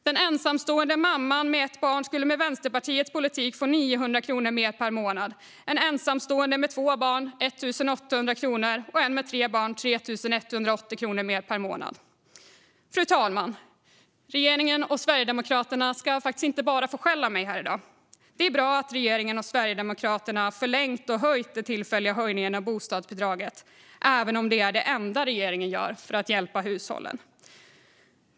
Den ensamstående mamman med ett barn skulle med Vänsterpartiets politik få 900 kronor mer per månad, en ensamstående med två barn skulle få 1 800 kronor mer per månad och en ensamstående med tre barn skulle få 3 180 kronor mer per månad. Fru talman! Regeringen och Sverigedemokraterna ska faktiskt inte bara få skäll av mig här i dag. Det är bra att regeringen och Sverigedemokraterna har förlängt och höjt den tillfälliga höjningen av bostadsbidraget, även om det är det enda regeringen gör för att hjälpa hushållen.